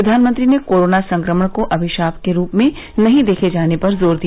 प्रधानमंत्री ने कोरोना संक्रमण को अभिशाप के रूप में नहीं देखे जाने पर जोर दिया